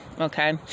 Okay